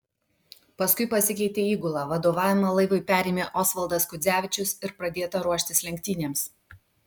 paskui pasikeitė įgula vadovavimą laivui perėmė osvaldas kudzevičius ir pradėta ruoštis lenktynėms